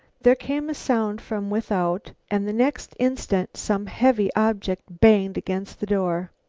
there came a sound from without, and the next instant some heavy object banged against the door.